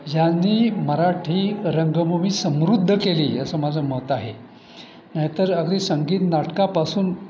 यांनी मराठी रंगभूमी समृद्ध केली असं माझं मत आहे नाहीतर अगदी संगीत नाटकापासून